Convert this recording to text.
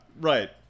Right